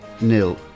nil